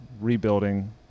rebuilding